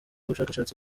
bushakashatsi